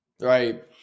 Right